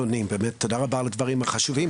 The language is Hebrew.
תודה רבה על הדברים החשובים.